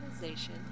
organization